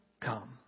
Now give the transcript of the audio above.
come